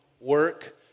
work